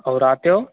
ऐं राति ओ